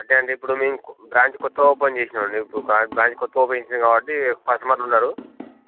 అంటే అండి ఇప్పుడు మేము కు బ్రాంచ్ కొత్తగా ఓపెన్ చేసినాం అండి ఇప్పుడు బ్రాంచ్ కొత్తగా ఓపెన్ చేసినాం కాబట్టి కస్టమర్లు ఉన్నారు